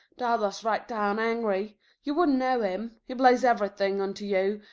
dada's right down angry you wouldn't know him. he blames everything on to you,